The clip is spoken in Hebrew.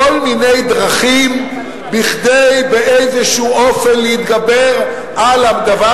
כל מיני דרכים כדי להתגבר באיזה אופן על הדבר